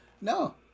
No